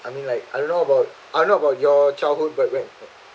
I mean like I don't know about I don't know about your childhood but right